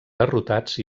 derrotats